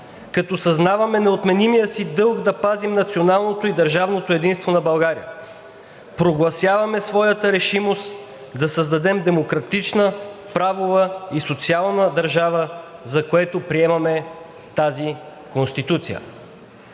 като съзнаваме неотменимия си дълг да пазим националното и държавното единство на България, прогласяваме своята решимост да създадем демократична, правова и социална държава, за което приемаме тази Конституция.“